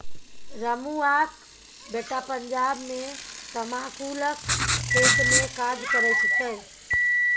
रमुआक बेटा पंजाब मे तमाकुलक खेतमे काज करैत छै